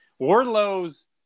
Wardlow's